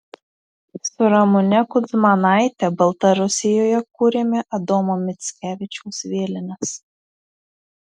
su ramune kudzmanaite baltarusijoje kūrėme adomo mickevičiaus vėlines